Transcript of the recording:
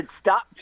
Stop